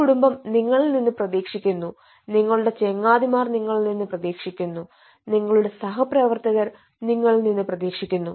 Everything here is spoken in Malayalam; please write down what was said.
നിങ്ങളുടെ കുടുംബം നിങ്ങളിൽ നിന്ന് പ്രതീക്ഷിക്കുന്നു നിങ്ങളുടെ ചങ്ങാതിമാർ നിങ്ങളിൽ നിന്ന് പ്രതീക്ഷിക്കുന്നു നിങ്ങളുടെ സഹപ്രവർത്തകർ നിങ്ങളിൽ നിന്ന് പ്രതീക്ഷിക്കുന്നു